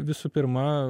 visų pirma